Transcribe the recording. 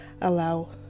allow